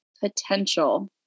potential